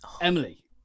Emily